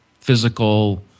physical